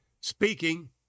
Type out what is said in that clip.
speaking